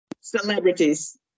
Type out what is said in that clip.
celebrities